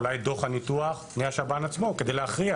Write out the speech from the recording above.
אולי דוח הניתוח מהשב"ן עצמו כדי להכריע